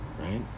right